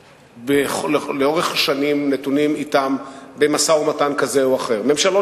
יכול להיות שיש מחלוקת בינינו איך מממשים זאת,